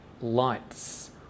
lights